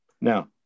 Now